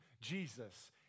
Jesus